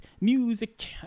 music